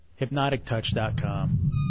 Hypnotictouch.com